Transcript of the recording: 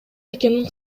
экенин